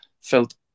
felt